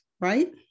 right